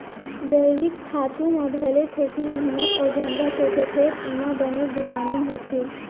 जइविक खातू म भले थोकिन मेहनत अउ झंझट होथे फेर एमा बनेच बिटामिन होथे